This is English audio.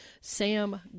Sam